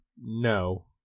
No